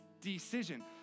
decision